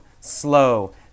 slow